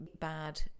bad